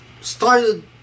started